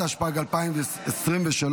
התשפ"ג 2023,